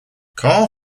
car